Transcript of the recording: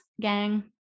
gang